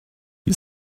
you